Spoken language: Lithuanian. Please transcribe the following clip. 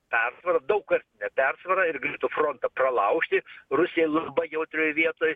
persvarą daug ar ne persvarą ir galėtų frontą pralaužti rusiją už ba jautrioj vietoj